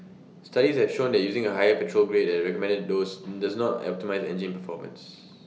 studies have shown that using A higher petrol grade than recommended dose does not optimise engine performance